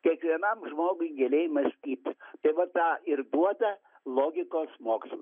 kiekvienam žmogui giliai mąstyti tai vat tą ir duoda logikos mokslas